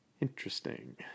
interesting